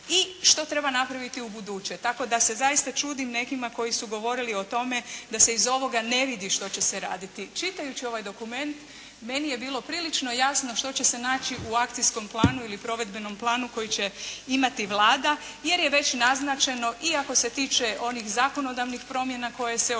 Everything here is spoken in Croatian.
i što treba napraviti ubuduće, tako da se zaista čudim nekima koji su govorili o tome da se iz ovoga ne vidi što će se raditi. Čitajući ovaj dokument meni je bilo prilično jasno što će se naći u akcijskom planu ili provedbenom planu koji će imati Vlada jer je već naznačeno i ako se tiče onih zakonodavnih promjena koje se očekuju